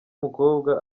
umukobwa